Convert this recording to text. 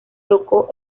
tocó